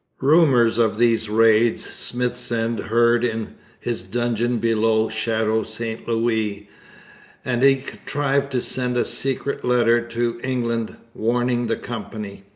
rumours of these raids smithsend heard in his dungeon below chateau st louis and he contrived to send a secret letter to england, warning the company.